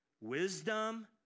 wisdom